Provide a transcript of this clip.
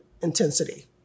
intensity